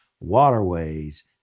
waterways